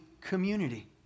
community